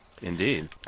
Indeed